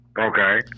Okay